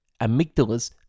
amygdala's